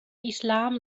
islam